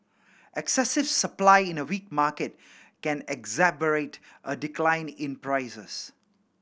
excessive supply in a weak market can exacerbate a decline in prices